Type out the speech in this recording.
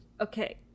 Okay